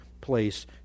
place